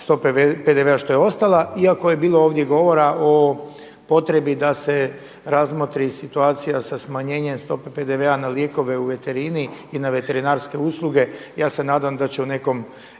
stope PDV-a što je ostala, iako je bilo ovdje govora o potrebi da se razmotri situacija sa smanjenjem stope PDV-a na lijekove u veterini i na veterinarske usluge. Ja se nadam da će u nekom,